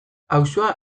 auzoa